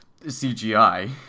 CGI